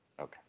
Okay